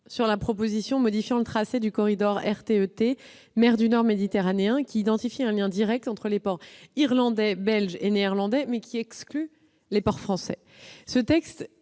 avec la proposition modifiant le tracé du corridor RTE-T mer du Nord-Méditerranée, qui identifie un lien direct entre les ports irlandais, belges et néerlandais, mais en excluant les ports français. Ce texte